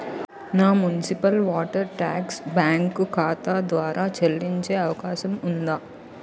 నా municipal water tax bank ఖాతా ద్వారా చెల్లించే అవకాశం ఉందా?